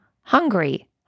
hungry